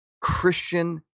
Christian